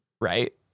Right